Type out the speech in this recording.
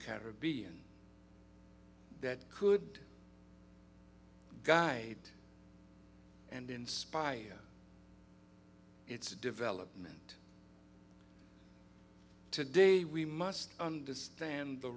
caribbean that could guide and inspire its development today we must understand the